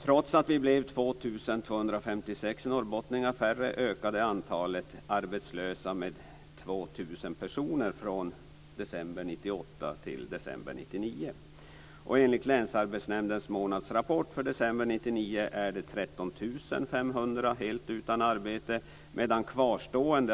Trots att vi blev 2 256 norrbottningar färre ökade antalet arbetslösa med 2 000 personer från december 31 000. Om man också skulle ta med dem som deltar i kunskapslyftet blir siffrorna naturligtvis än värre. Näringsministern!